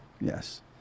Yes